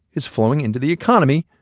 is flowing into the economy.